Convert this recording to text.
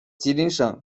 吉林省